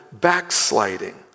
backsliding